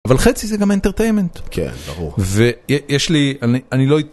אבל חצי זה גם entertainment. כן, ברור. ויש לי, אני לא...